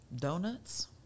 donuts